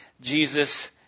Jesus